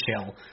chill